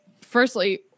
firstly